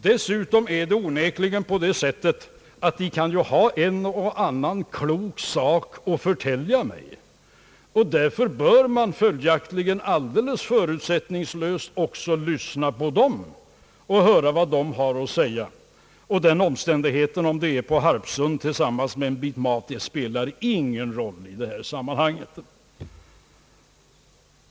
Dessutom är det onekligen på det sättet, att dessa människor kan ha en och annan klok sak att förtälja mig, och därför bör jag förutsättningslöst lyssna också på dem och höra vad de har att säga. Den omständigheten att det sker på Harpsund tillsammans med en bit mat spelar ingen roll i det här sammanhanget.